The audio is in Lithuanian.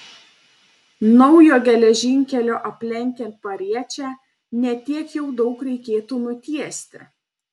naujo geležinkelio aplenkiant pariečę ne tiek jau daug reikėtų nutiesti